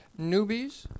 Newbies